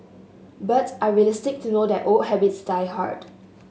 but are realistic to know that old habits die hard